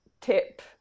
tip